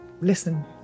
listen